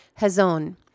hazon